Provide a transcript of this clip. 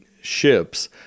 ships